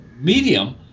medium